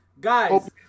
guys